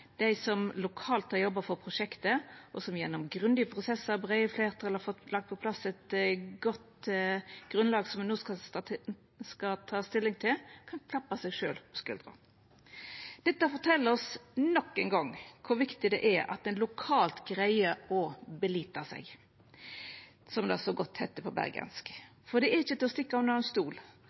Dei som lokalt har jobba for prosjektet, og som gjennom grundige prosessar og breie fleirtal har fått på plass eit godt grunnlag som me no skal ta stilling til, kan klappa seg sjølv på skuldra. Dette fortel oss nok ein gong kor viktig det er at ein lokalt greier å «belita seg», som det så godt heiter på bergensk. For det er ikkje til å stikka under stol